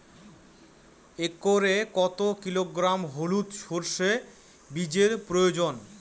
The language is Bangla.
একরে কত কিলোগ্রাম হলুদ সরষে বীজের প্রয়োজন?